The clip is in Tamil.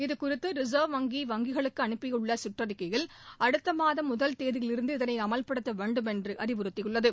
இதுகுறித்து ரிசா்வ் வங்கி வங்கிகளுக்கு அனுப்பியுள்ள கற்றறிக்கையில் அடுத்த மாதம் முதல் தேதியிலிருந்து இதனை அமல்படுத்த வேண்டுமென்று அறிவுறுத்தியுள்ளது